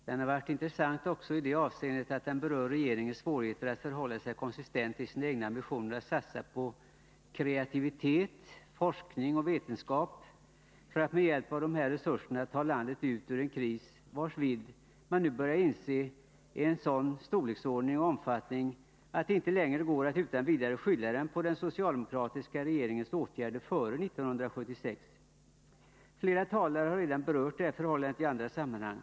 Den har varit intressant också i det avseendet att den berört regeringens svårigheter att förhålla sig konsistent till sina egna ambitioner att satsa på kreativitet, forskning och vetenskap för att med hjälp av dessa resurser ta landet ut ur en kris, som man nu börjar inse är av sådan storlek och omfattning att det inte längre går att utan vidare skylla den på den socialdemokratiska regeringens åtgärder före 1976. Flera talare har redan berört det här förhållandet i andra sammanhang.